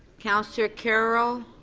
councillor carroll?